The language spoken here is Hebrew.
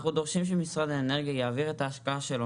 אנחנו דורשים שמשרד האנרגיה יעביר את ההשקעה שלו